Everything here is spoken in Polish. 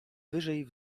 wyżej